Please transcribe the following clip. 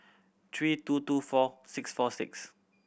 three two two four six four six